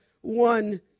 one